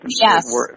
Yes